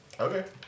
Okay